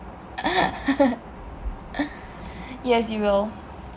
yes you will